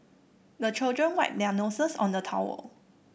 the children wipe their noses on the towel